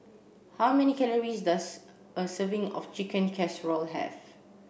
how many calories does a serving of Chicken Casserole have